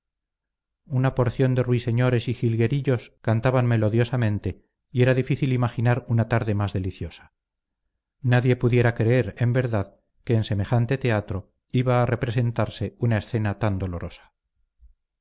una porción de ruiseñores y jilguerillos cantaban melodiosamente y era difícil imaginar una tarde más deliciosa nadie pudiera creer en verdad que en semejante teatro iba a representarse una escena tan dolorosa